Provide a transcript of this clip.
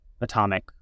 atomic